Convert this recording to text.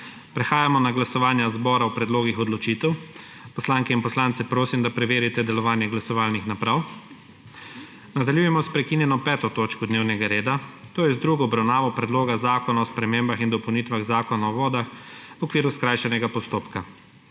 Prehajamo na glasovanje zbora o predlogih odločitev. Poslanke in poslance prosim, da preverite delovanje glasovalnih naprav. Nadaljujemo s prekinjeno 5. točko dnevnega reda, to je z drugo obravnavo Predloga zakona o spremembah in dopolnitvah Zakona o vodah v okviru skrajšanega postopka.